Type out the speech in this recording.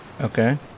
Okay